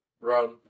run